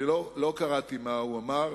ולא קראתי מה הוא אמר,